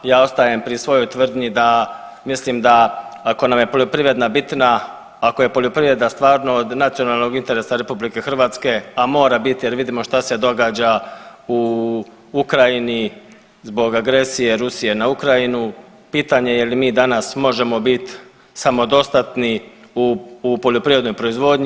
Ja ostajem pri svojoj tvrdnji da mislim da ako nam je poljoprivreda bitna, ako je poljoprivreda stvarno od nacionalnog interesa Republike Hrvatske a mora biti, jer vidimo šta se događa uz Ukrajini zbog agresije Rusije na Ukrajinu pitanje je li mi danas možemo biti samodostatni u poljoprivrednoj proizvodnji.